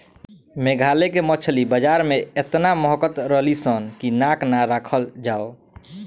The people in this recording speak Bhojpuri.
मेघालय के मछली बाजार में एतना महकत रलीसन की नाक ना राखल जाओ